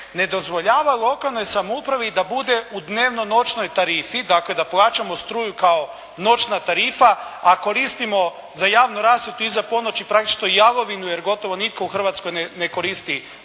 ne dozvoljava lokalnoj samoupravi da bude u dnevno-noćnoj tarifi, dakle da plaćamo struju kao noćna tarifa, a koristimo za javnu rasvjetu iza ponoći … /Govornik se ne razumije./ … jer gotovo nitko u Hrvatskoj ne koristi tu